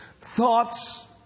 thoughts